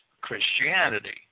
Christianity